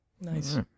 Nice